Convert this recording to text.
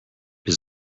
his